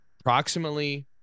approximately